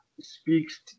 speaks